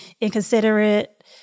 inconsiderate